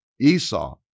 Esau